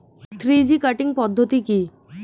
Three G cutting পদ্ধতি কি?